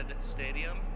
Stadium